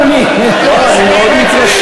אדוני, לא, אני מאוד מתרשם.